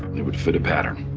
it would fit a pattern.